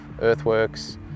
earthworks